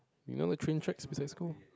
you know the train tracks beside school